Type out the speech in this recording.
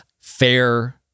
fair